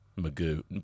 Magoo